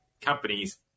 companies